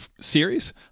series